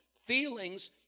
Feelings